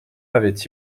avait